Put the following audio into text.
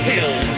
Hill